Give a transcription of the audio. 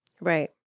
Right